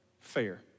fair